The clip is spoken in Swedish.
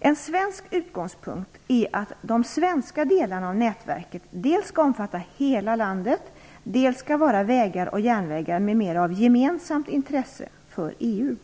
En svensk utgångspunkt är att de svenska delarna av nätverket dels skall omfatta hela landet, dels skall vara vägar, järnvägar m.m. av gemensamt intresse för EU.